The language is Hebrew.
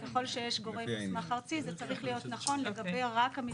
וככל שיש גורם מוסמך ארצי זה צריך להיות נכון לגבי רק המפרט הרשותי.